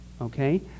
okay